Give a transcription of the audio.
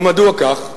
ומדוע כך?